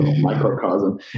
microcosm